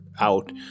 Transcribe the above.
out